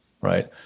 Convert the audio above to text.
right